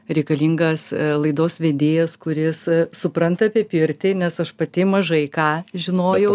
reikalingas laidos vedėjas kuris supranta apie pirtį nes aš pati mažai ką žinojau